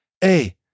Hey